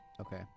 Okay